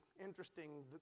interesting